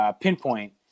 pinpoint